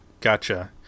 gotcha